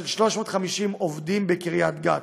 של 350 עובדים בקריית גת,